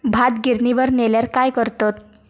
भात गिर्निवर नेल्यार काय करतत?